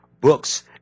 books